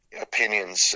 opinions